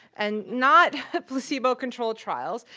and not placebo-controlled trials.